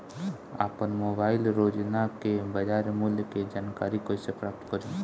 आपन मोबाइल रोजना के बाजार मुल्य के जानकारी कइसे प्राप्त करी?